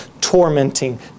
tormenting